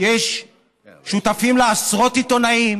שותפים לה עשרות עיתונאים